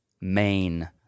main